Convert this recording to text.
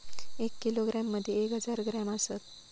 एक किलोग्रॅम मदि एक हजार ग्रॅम असात